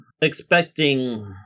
expecting